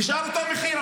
נשאר אותו מחיר,